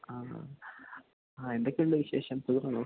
ആ ആ എന്തൊക്കെയുണ്ട് വിശേഷം സുഖമാണോ